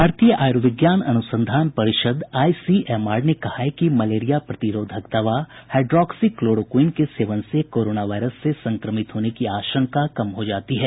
भारतीय आयुर्विज्ञान अनुसंधान परिषद आईसीएमआर ने कहा है कि मलेरिया प्रतिरोधक दवा हाईड्रॉक्सीक्लोरोक्विन के सेवन से कोरोना वायरस से संक्रमित होने की आशंका कम हो जाती है